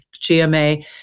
GMA